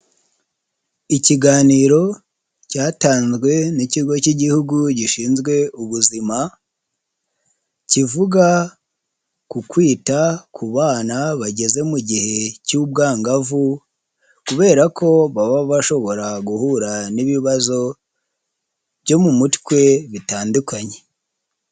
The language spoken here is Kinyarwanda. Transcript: Ikiganiro cyatanzwe n'ikigo cy'igihugu gishinzwe ubuzima kivuga ku kwita ku bana bageze mu gihe cy'ubwangavu, kubera ko baba bashobora guhura n'ibibazo byo mu mutwe bitandukanye.